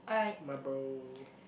my bro